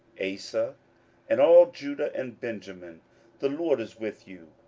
asa, and all judah and benjamin the lord is with you,